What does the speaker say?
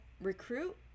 recruit